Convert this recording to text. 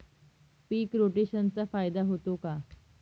पीक रोटेशनचा फायदा होतो का?